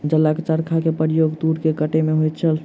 जलक चरखा के प्रयोग तूर के कटै में होइत छल